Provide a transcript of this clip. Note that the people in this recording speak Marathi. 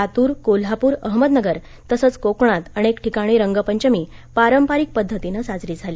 लातूर कोल्हापूर अहमदनगर तसंच कोकणात अनेक ठिकाणी रंगपंचमी पारंपरिक पद्धतीनं साजरी झाली